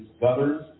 gutters